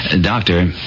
Doctor